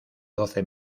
doce